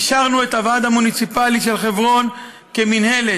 אישרנו את הוועד המוניציפלי של חברון כמינהלת,